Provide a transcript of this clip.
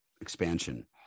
expansion